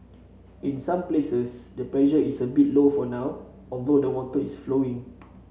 in some places the pressure is a bit low for now although the water is flowing